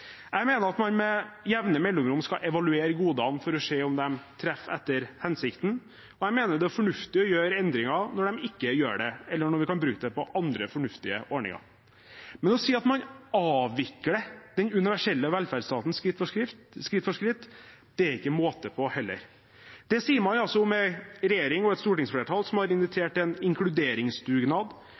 Jeg mener at man med jevne mellomrom skal evaluere godene for å se om de treffer etter hensikten, og jeg mener det er fornuftig å gjøre endringer når de ikke gjør det, eller når vi kan bruke penger på andre fornuftige ordninger. Men å si at man avvikler den universelle velferdsstaten skritt for skritt – det er ikke måte på! Dette sier man altså om en regjering og et stortingsflertall som har invitert til en inkluderingsdugnad